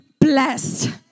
blessed